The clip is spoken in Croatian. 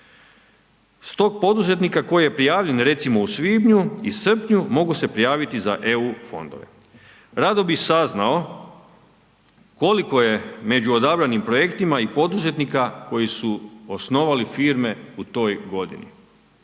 Tog poduzetnika koji je prijavljen recimo u svibnju i srpnju mogu se prijaviti za eu fondove. Rado bih saznao koliko je među odabranim projektima i poduzetnika koji su osnovali firme u toj godini.